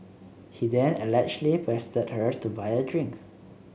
he then allegedly pestered her to buy a drink